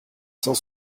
cent